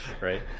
Right